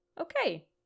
Okay